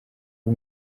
ube